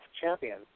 champion